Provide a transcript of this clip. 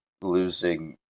Losing